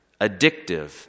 addictive